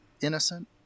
innocent